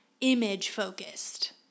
image-focused